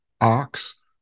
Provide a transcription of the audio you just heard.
ox